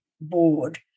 board